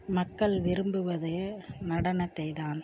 மக்கள் விரும்புவது நடனத்தை தான்